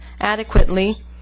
adequately